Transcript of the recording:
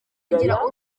kugira